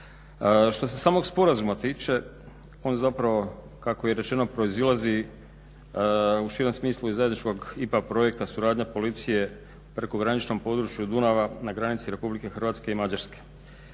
Što se samog sporazuma tiče on zapravo kako je rečeno proizlazi u širem smislu iz zajedničkog IPA projekta suradnja policije prekograničnom području Dunava na granici Rh i Mađarske.